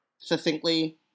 succinctly